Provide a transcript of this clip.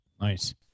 Nice